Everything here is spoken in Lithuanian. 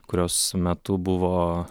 kurios metu buvo